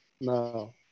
No